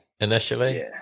initially